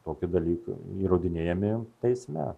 tokie dalykai įrodinėjami teisme